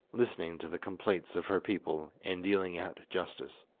listening to the complaints of her people and dealing out justice.